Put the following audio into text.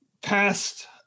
past